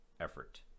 effort